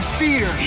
fear